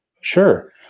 sure